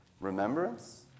Remembrance